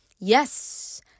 yes